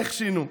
איך שינו?